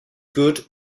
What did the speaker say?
good